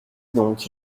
donc